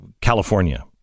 California